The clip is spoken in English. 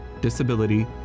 disability